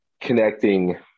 connecting